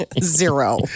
Zero